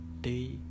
day